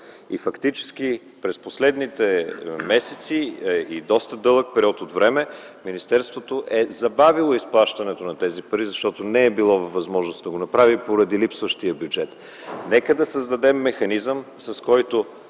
Фактически през последните месеци и за един доста дълъг период от време министерството е забавило изплащането на тези пари, защото не е било във възможност да го направи поради липсващ бюджет. Нека да създадем механизъм, с който